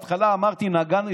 בהתחלה אמרתי שנגענו,